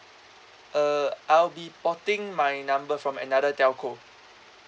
uh I'll be porting my number from another telco